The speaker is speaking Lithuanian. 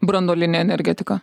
branduolinė energetika